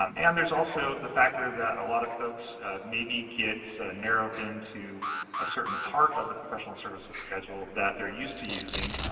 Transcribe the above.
um and there's also the factor that a lot of folks maybe get narrowed into a certain part of the professional services schedule that they're used to using,